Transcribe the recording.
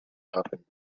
happen